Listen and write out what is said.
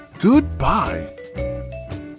Goodbye